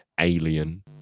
alien